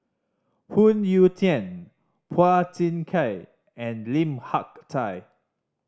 Phoon Yew Tien Phua Thin Kiay and Lim Hak Tai